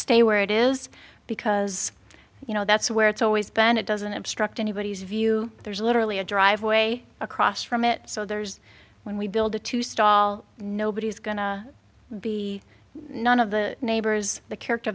stay where it is because you know that's where it's always been it doesn't obstruct anybody's view there's literally a driveway across from it so there's when we build the two stall nobody's going to be none of the neighbors the character